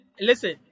listen